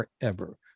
forever